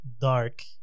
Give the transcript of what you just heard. dark